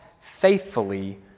faithfully